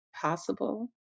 possible